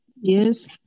Yes